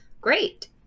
great